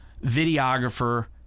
videographer